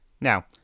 Now